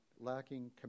lacking